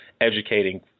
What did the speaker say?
educating